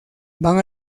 van